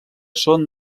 són